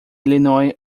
illinois